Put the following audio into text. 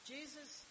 Jesus